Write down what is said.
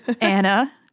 Anna